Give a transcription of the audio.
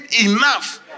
enough